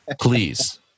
please